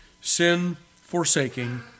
sin-forsaking